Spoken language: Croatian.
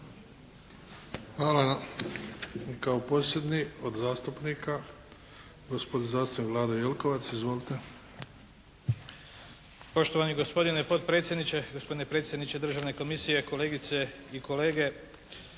Hvala. Kao posljednji od zastupnika, gospodin zastupnik Vlado Jelkovac. Izvolite! **Jelkovac, Vlado (HDZ)** Poštovani gospodine potpredsjedniče, gospodine predsjedniče Državne komisije, kolegice i kolege!